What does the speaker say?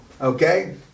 Okay